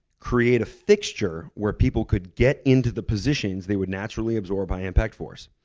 create a fixture where people could get into the positions they would naturally absorb by impact force,